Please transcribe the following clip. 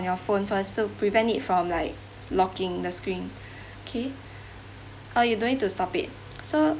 phone first to prevent it from like locking the screen okay uh you don't need to stop it so